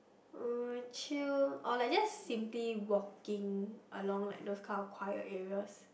uh chill or like just simply walking around like those kind of quiet areas